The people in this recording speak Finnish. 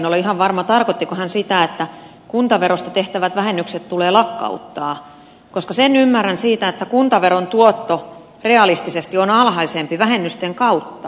en ole ihan varma tarkoittiko hän sitä että kuntaverosta tehtävät vähennykset tulee lakkauttaa koska sen ymmärrän että kuntaveron tuotto realistisesti on alhaisempi vähennysten kautta